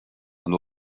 and